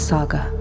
Saga